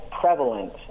Prevalent